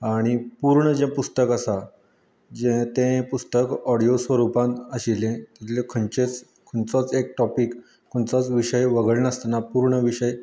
आनी पूर्ण जे पुस्तक आसा जे तें पुस्तक ऑडियो स्वरुपांत आशिल्लें तातूंतले खंयचेच खंयचोच एक टोपीक खंयचोच विशय वगळ नासतना पूर्ण विशय